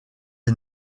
est